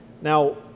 Now